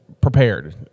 prepared